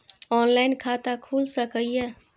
Online खाता खुल सके ये?